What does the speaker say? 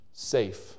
safe